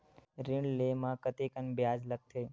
ऋण ले म कतेकन ब्याज लगथे?